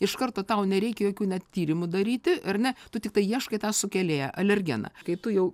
iš karto tau nereikia jokių net tyrimų daryti ar ne tu tiktai ieškai tą sukėlėją alergeną kai tu jau